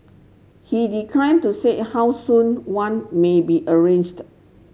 he declined to say how soon one may be arranged